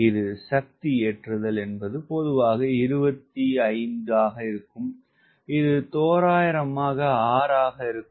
இது சக்தி ஏற்றுதல் என்பது பொதுவாக 25 ஆக இருக்கும் இது தோராயமாக 6 ஆக இருக்கும்